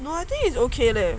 no I think is okay leh